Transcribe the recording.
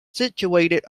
situated